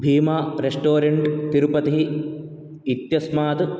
भीमा रेस्टोरेण्ट् तिरुपति इत्यस्मात्